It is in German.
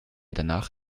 danach